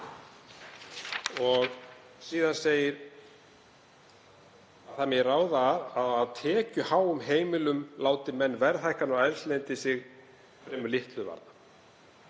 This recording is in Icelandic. Síðan segir að það megi ráða að á tekjuháum heimilum láti menn verðhækkanir á eldsneyti sig fremur litlu varða.